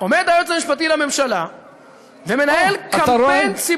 עומד היועץ המשפטי לממשלה ומנהל קמפיין,